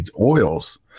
oils